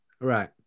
Right